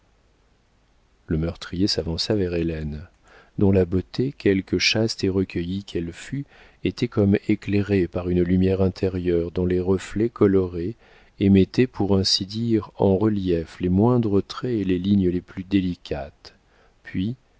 le meurtrier s'avança vers hélène dont la beauté quelque chaste et recueillie qu'elle fût était comme éclairée par une lumière intérieure dont les reflets coloraient et mettaient pour ainsi dire en relief les moindres traits et les lignes les plus délicates puis